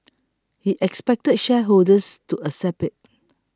he expected shareholders to accept it